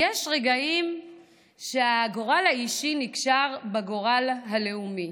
יש רגעים שהגורל האישי נקשר בגורל הלאומי.